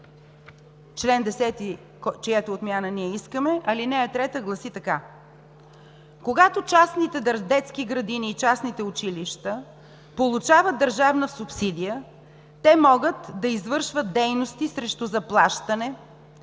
ал. 3, чиято отмяна ние искаме, гласи така: „Когато частните детски градини и частните училища получават държавна субсидия, те могат да извършват дейности срещу заплащане,